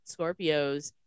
Scorpios